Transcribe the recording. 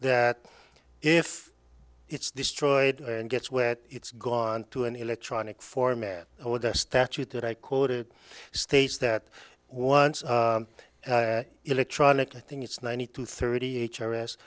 that if it's destroyed and gets where it's gone to an electronic format or the statute that i caught it states that once electronic i think it's ninety to thirty h r s